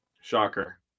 Shocker